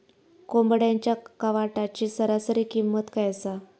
कोंबड्यांच्या कावटाची सरासरी किंमत काय असा?